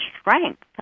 strength